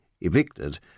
evicted